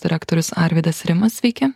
direktorius arvydas rimas sveiki